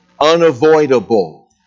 unavoidable